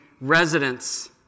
residents